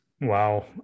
Wow